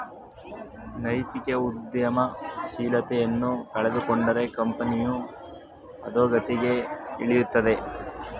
ನೈತಿಕ ಉದ್ಯಮಶೀಲತೆಯನ್ನು ಕಳೆದುಕೊಂಡರೆ ಕಂಪನಿಯು ಅದೋಗತಿಗೆ ಇಳಿಯುತ್ತದೆ